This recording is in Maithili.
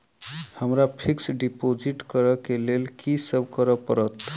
हमरा फिक्स डिपोजिट करऽ केँ लेल की सब करऽ पड़त?